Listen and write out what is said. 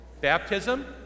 Baptism